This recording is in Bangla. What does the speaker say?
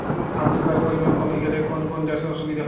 আদ্রতার পরিমাণ কমে গেলে কোন কোন চাষে অসুবিধে হবে?